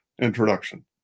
introduction